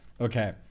Okay